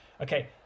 Okay